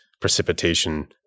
precipitation